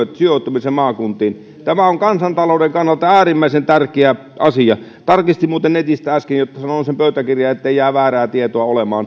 sijoittumisen maakuntiin tämä on kansantalouden kannalta äärimmäisen tärkeä asia tarkistin muuten netistä äsken jotta sanon sen pöytäkirjaan oikein ettei jää väärää tietoa olemaan